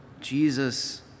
Jesus